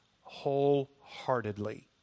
wholeheartedly